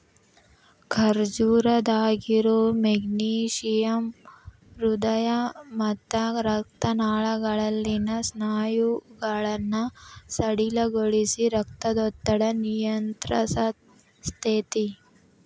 ಖರ್ಜೂರದಾಗಿರೋ magnesium ಹೃದಯ ಮತ್ತ ರಕ್ತನಾಳಗಳಲ್ಲಿನ ಸ್ನಾಯುಗಳನ್ನ ಸಡಿಲಗೊಳಿಸಿ, ರಕ್ತದೊತ್ತಡನ ನಿಯಂತ್ರಸ್ತೆತಿ